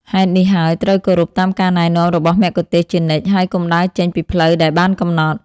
ហេតុនេះហើយ ត្រូវគោរពតាមការណែនាំរបស់មគ្គុទ្ទេសក៍ជានិច្ច ហើយកុំដើរចេញពីផ្លូវដែលបានកំណត់។